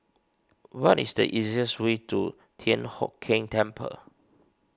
what is the easiest way to Thian Hock Keng Temple